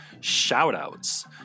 shout-outs